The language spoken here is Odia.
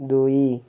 ଦୁଇ